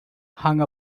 hung